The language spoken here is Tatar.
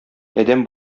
адәм